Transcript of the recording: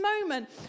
moment